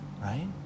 right